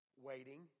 Waiting